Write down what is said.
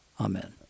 Amen